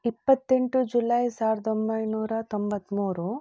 ಇಪ್ಪತ್ತೆಂಟು ಜುಲೈ ಸಾವಿರದೊಂಬೈನೂರ ತೊಂಬತ್ಮೂರು